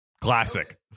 Classic